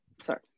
Sorry